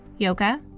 yoga,